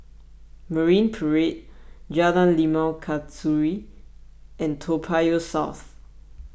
Marine Parade Jalan Limau Kasturi and Toa Payoh South